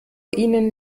ihnen